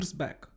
back